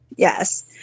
Yes